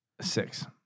Six